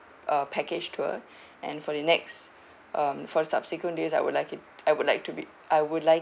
a package tour and for the next um for subsequent days I would like it I would like to be I would like